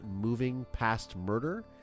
movingpastmurder